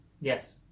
yes